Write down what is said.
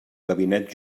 gabinet